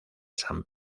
san